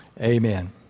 Amen